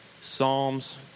Psalms